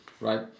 right